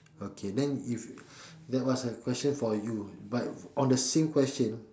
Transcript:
okay then if that was a question for you but on the same question